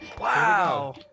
Wow